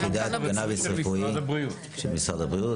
קנאביס רפואי של משרד הבריאות.